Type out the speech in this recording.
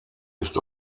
ist